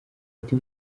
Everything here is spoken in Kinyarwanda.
ati